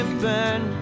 burn